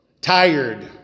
tired